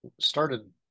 started